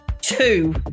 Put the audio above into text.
Two